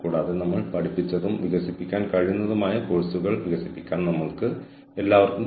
ഉദാഹരണത്തിന് ഞങ്ങൾ വളർന്നുവരുമ്പോൾ വിൽപ്പനാനന്തര സേവനം എന്ന ആശയം വളരെ പ്രചാരത്തിലില്ല